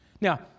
Now